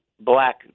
Black